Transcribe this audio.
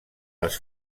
les